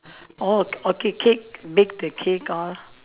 oh okay cake bake the cake orh